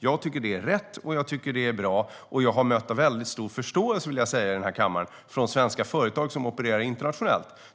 Jag tycker att det är rätt och bra, och jag vill säga här i denna kammare att jag har mött en väldigt stor förståelse från svenska företag som opererar internationellt.